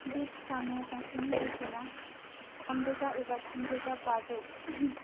बे फिसा न' गंसेनि बेसेना थामरोजा एबा थामरोजा बाजौ